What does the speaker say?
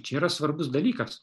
čia yra svarbus dalykas